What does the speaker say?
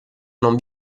non